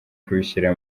kubishyira